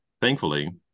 thankfully